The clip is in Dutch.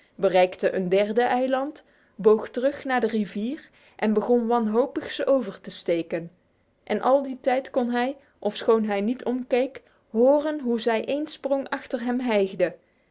bereikte een derde eiland boog terug naar de rivier en begon deze wanhopig over te steken en al die tijd kon hij ofschoon hij niet es van ongelooide dierenhuid omkeek horen hoe zij één sprong achter hem hijgde